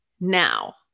now